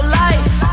life